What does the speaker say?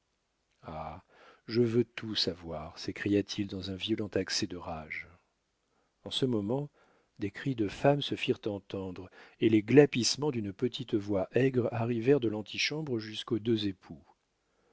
ah je veux tout savoir s'écria-t-il dans un violent accès de rage en ce moment des cris de femme se firent entendre et les glapissements d'une petite voix aigre arrivèrent de l'antichambre jusqu'aux deux époux